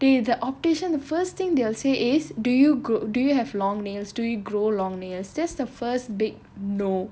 they the optician the first thing they'll say is do you gro~ do you have long nails to grow long nails that's the first big no